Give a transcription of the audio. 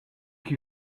qui